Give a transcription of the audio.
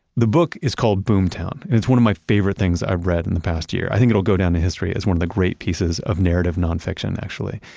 the book is called boom town and it's one of my favorite things i've read in the past year. i think it will go down in history as one of the great pieces of narrative non-fiction actually.